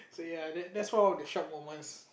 ya that that's one of the shock moments